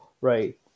right